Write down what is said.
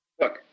Look